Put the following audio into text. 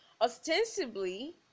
ostensibly